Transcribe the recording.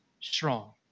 strong